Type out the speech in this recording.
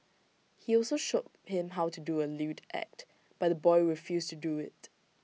he also showed him how to do A lewd act but the boy refused to do IT